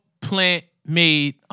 plant-made